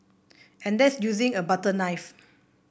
and that's using a butter knife